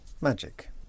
Magic